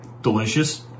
delicious